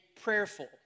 prayerful